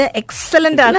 excellent